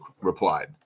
replied